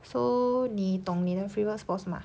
so 你懂你的 favourite sports mah